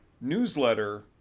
newsletter